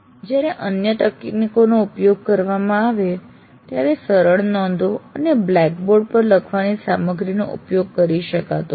જ્યારે અન્ય તકનીકોનો ઉપયોગ કરવામાં આવે છે ત્યારે સરળ નોંધો અને બ્લેકબોર્ડ પર લખવાની સામગ્રીનો ઉપયોગ કરી શકાતો નથી